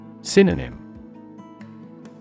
Synonym